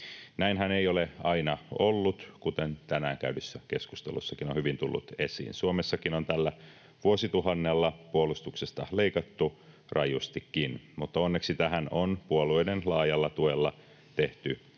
Näinhän ei ole aina ollut, kuten tänään käydyssä keskustelussakin on hyvin tullut esiin. Suomessakin on tällä vuosituhannella puolustuksesta leikattu rajustikin, mutta onneksi tähän on puolueiden laajalla tuella tehty